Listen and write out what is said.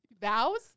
Vows